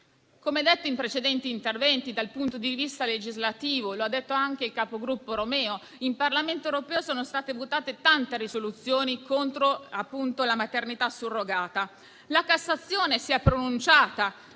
Come detto in precedenti interventi, dal punto di vista legislativo - lo ha detto anche il capogruppo Romeo - in Parlamento europeo sono state votate tante risoluzioni contro la maternità surrogata. La Cassazione si è pronunciata